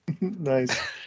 Nice